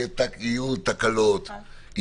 יהיו תקלות,